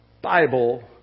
Bible